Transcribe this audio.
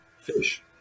fish